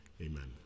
amen